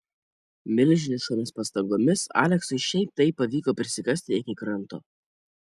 milžiniškomis pastangomis aleksui šiaip taip pavyko prisikasti iki kranto